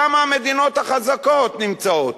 שם המדינות החזקות נמצאות.